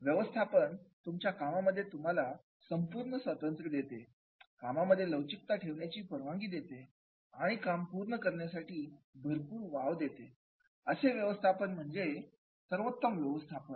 व्यवस्थापन तुमच्या कामांमध्ये तुम्हाला संपूर्ण स्वातंत्र्य देते कामामध्ये लवचिकता ठेवण्याची परवानगी देते आणि काम पूर्ण करण्यासाठी भरपूर वाव देते असे व्यवस्थापन म्हणजे सर्वोत्तम व्यवस्थापन